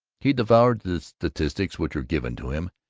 he devoured the statistics which were given to him,